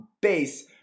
base